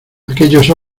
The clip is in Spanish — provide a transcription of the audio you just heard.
aquellos